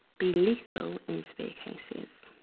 be lethal in severe cases.